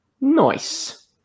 Nice